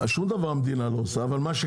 שום דבר המדינה לא עושה,